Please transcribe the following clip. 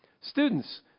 Students